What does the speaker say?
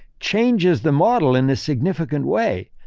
changes the model in a significant way.